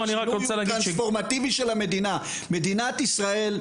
מדינת ישראל,